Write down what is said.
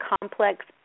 complex